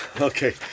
okay